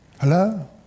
Hello